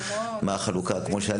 גם למ.מ.מ בהכנת החומר בהתראה